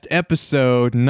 episode